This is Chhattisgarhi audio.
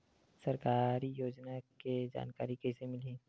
सरकारी योजना के जानकारी कइसे मिलही?